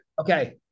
Okay